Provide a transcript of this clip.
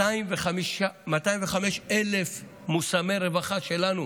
205,000 מושמי רווחה שלנו